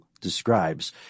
describes